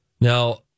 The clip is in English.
Now